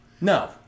No